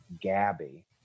gabby